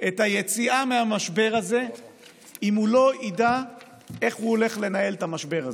את היציאה מהמשבר הזה אם הוא לא ידע איך הוא הולך לנהל את המשבר הזה.